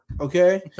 Okay